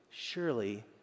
Surely